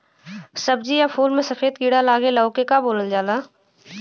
सब्ज़ी या फुल में सफेद कीड़ा लगेला ओके का बोलल जाला?